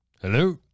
hello